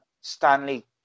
Stanley